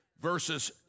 versus